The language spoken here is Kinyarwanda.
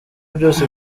byose